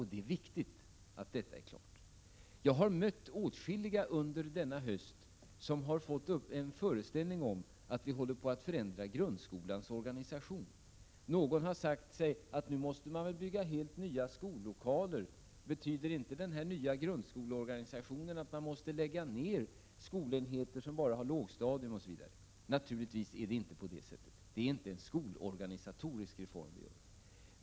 Det är viktigt att detta är klart. Jag har mött åtskilliga under denna höst som har bibringats uppfattningen att vi håller på att förändra grundskolans organisation. Någon har sagt sig att man nu måste bygga helt nya skollokaler. ”Betyder inte den här nya grundskoleorganisationen att man måste lägga ner skolenheter som bara har lågstadium osv.?” Naturligtvis är det inte på det sättet. Det är inte en skolorganisatorisk reform vi genomför.